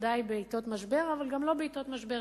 בוודאי בעתות משבר אבל גם לא בעתות משבר,